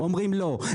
אומרים לא,